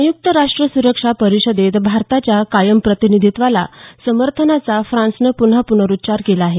संयुक्त राष्ट्र सुरक्षा परिषदेत भारताच्या कायम प्रतिनिधीत्वाला समर्थनाचा फ्रान्सनं पुनरुच्चार केला आहे